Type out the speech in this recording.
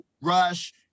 Rush